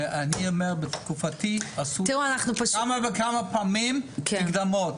בתקופתי כמה וכמה פעמים נתנו מקדמות.